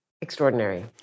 extraordinary